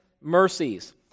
mercies